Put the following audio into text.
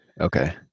Okay